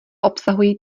obsahují